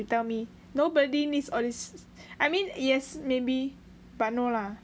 you tell me nobody needs all this I mean yes maybe but no lah